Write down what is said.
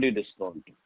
discount